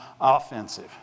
offensive